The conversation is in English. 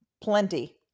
Plenty